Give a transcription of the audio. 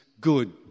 good